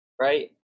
right